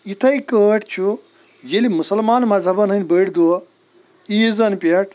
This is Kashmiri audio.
یَتھے کٲٹھۍ چھُ ییٚلہِ مُسلمان مذہَبن ہٕنٛدۍ بٔڑۍ دۄہ عیٖزن پٮ۪ٹھ